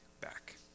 back